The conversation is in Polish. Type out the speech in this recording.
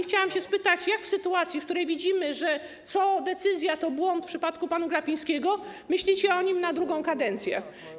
Chciałam się spytać, co w sytuacji, w której widzimy, że co decyzja, to błąd w przypadku pana Glapińskiego, myślicie o nim na drugą kadencję.